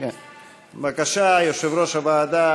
בבקשה, יושב-ראש הוועדה